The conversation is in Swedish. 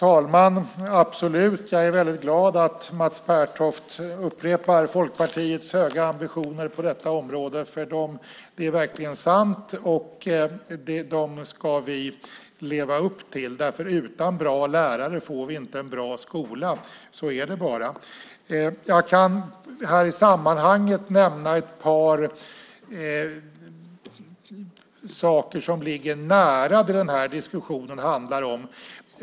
Herr talman! Jag är glad över att Mats Pertoft upprepar Folkpartiets höga ambitioner på detta område. Det är verkligen sant, och dem ska vi leva upp till. Utan bra lärare får vi inte en bra skola. Så är det bara. I det här sammanhanget kan jag nämna ett par saker som ligger nära det den här diskussionen handlar om.